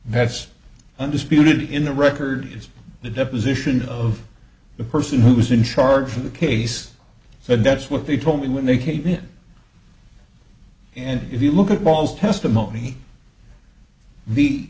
bess undisputed in the record is the deposition of the person who was in charge of the case and that's what they told me when they came in and if you look at paul's testimony